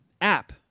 app